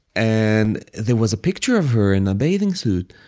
and there was a picture of her in a bathing suit.